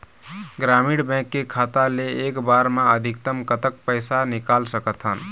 ग्रामीण बैंक के खाता ले एक बार मा अधिकतम कतक पैसा निकाल सकथन?